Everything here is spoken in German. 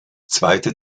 zweite